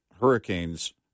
hurricanes